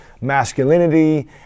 masculinity